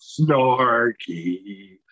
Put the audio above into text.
snarky